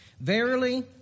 Verily